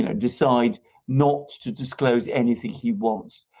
and decide not to disclose anything he wants.